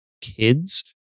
kids